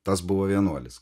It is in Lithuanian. tas buvo vienuolis